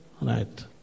Right